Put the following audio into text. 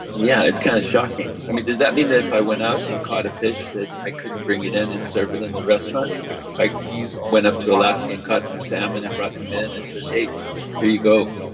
yeah, it's kind of shocking. i mean, does that mean that if i went out and caught a fish that i couldn't bring it in and serve it in the restaurant? like, if i went up to alaska and caught some salmon and brought them in and said, hey, here you go?